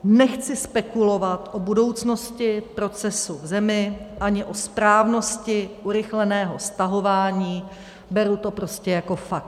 Nechci spekulovat o budoucnosti procesu v zemi ani o správnosti urychleného stahování, beru to prostě jako fakt.